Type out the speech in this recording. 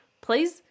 please